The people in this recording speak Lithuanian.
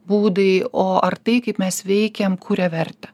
būdai o ar tai kaip mes veikiam kuria vertę